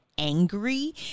Angry